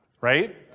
Right